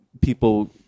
people